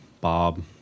Bob